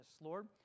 Lord